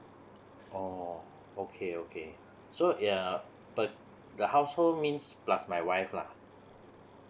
oh okay okay so yeah but the household means plus my wife lah